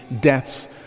deaths